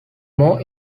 more